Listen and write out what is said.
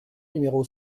numéro